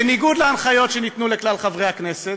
בניגוד להנחיות שניתנו לכלל חברי הכנסת,